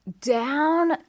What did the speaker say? down